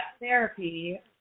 therapy